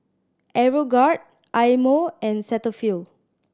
Aeroguard Eye Mo and Cetaphil